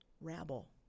rabble